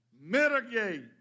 mitigate